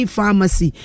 Pharmacy